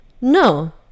No